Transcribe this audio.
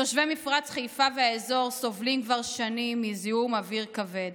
תושבי מפרץ חיפה והאזור סובלים כבר שנים מזיהום אוויר כבד,